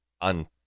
on